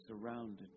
surrounded